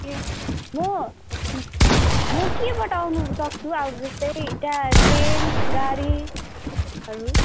ए म म केबाट आउनसक्छु अब जस्तै त्यहाँ ट्रेन गाडीहरू